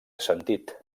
sentit